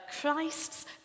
Christ's